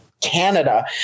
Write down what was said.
Canada